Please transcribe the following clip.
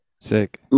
Sick